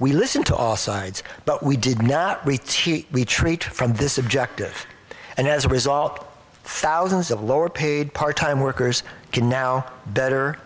we listened to all sides but we did not reach he retreat from this objective and as a result thousands of lower paid part time workers can now better